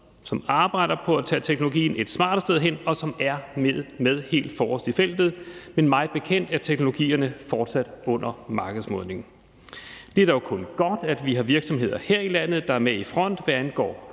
som arbejder på at tage teknologien et smartere sted hen, og som er med helt forrest i feltet. Men mig bekendt er teknologierne fortsat under markedsmodning. Det er dog kun godt, at vi har virksomheder her i landet, der er med i front, hvad angår